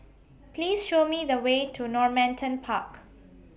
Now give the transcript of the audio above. Please Show Me The Way to Normanton Park